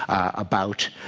about,